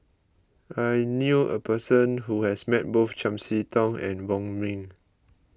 I knew a person who has met both Chiam See Tong and Wong Ming